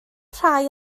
rhai